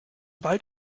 bald